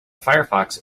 firefox